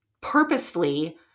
purposefully